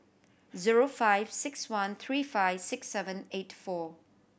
zero five six one three five six seven eight four